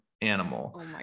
animal